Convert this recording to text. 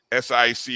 SIC